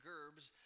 Gerbs